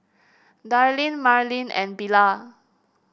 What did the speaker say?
Darlyne Marylyn and Bilal